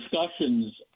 discussions